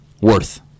Worth